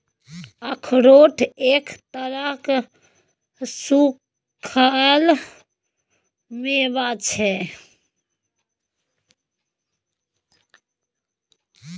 अखरोट एक तरहक सूक्खल मेवा छै